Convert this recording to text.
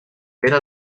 era